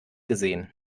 gesehen